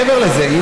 מעבר לזה,